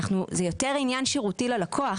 זה יותר עניין שירותי ללקוח,